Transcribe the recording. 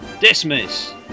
Dismiss